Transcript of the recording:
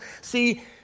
See